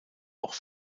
auch